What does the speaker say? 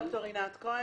ד"ר רינת כהן,